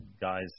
guys